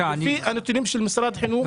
של משרד החינוך.